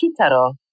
Kitaro